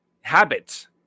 Habits